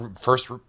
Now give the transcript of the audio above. first